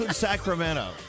Sacramento